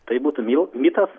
tai būtum jau mitas